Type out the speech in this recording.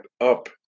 up